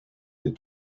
des